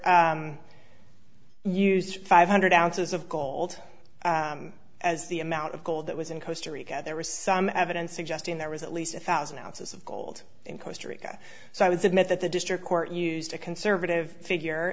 court used five hundred ounces of gold as the amount of gold that was in costa rica there was some evidence suggesting there was at least a thousand ounces of gold in costa rica so i would submit that the district court used a conservative figure